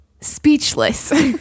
speechless